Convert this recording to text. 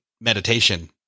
meditation